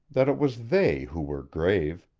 that it was they who were grave.